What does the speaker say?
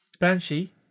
Banshee